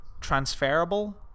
transferable